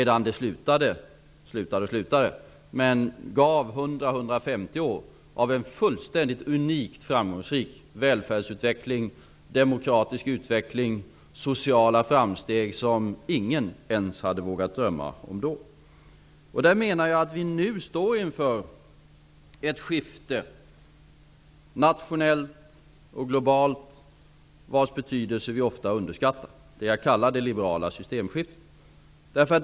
Den gav ju i stället 100--150 år av fullständigt unikt framgångsrik välfärdsutveckling, demokratisk utveckling och sociala framsteg som ingen ens hade vågat drömma om då. Jag menar att vi nu står inför ett nationellt och globalt skifte vars betydelse vi ofta underskattar. Jag kallar det för det liberala systemskiftet.